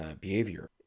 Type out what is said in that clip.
behavior